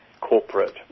corporate